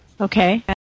Okay